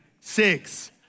six